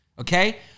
okay